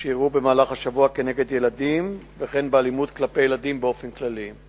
שאירעו במהלך השבוע כנגד ילדים וכן באלימות כלפי ילדים באופן כללי.